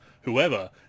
whoever